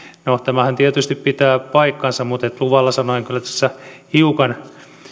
no tämähän tietysti pitää paikkansa mutta luvalla sanoen tässä kyllä hiukan